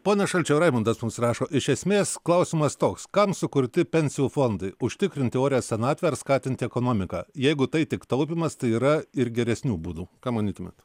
ponas šalčiau raimundas mums rašo iš esmės klausimas toks kam sukurti pensijų fondai užtikrinti orią senatvę ar skatinti ekonomiką jeigu tai tik taupymas tai yra ir geresnių būdų ką manytumėt